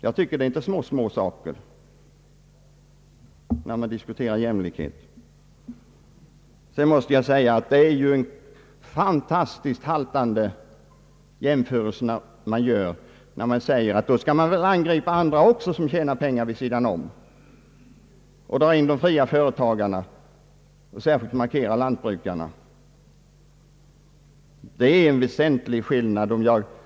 Jag anser det inte vara småsaker, i varje fall inte i jämlikhetsdebatten. Det är en fantastiskt haltande jämförelse herr Lidgard ger sig in på när han anför att även riksdagsmän ur andra grupper som tjänar pengar vid sidan om sitt riksdagsjobb skall inbegripas, t.ex. de fria företagarna och då särskilt lantbrukarna. Det är en väsentlig skillnad mellan dessa kategorier.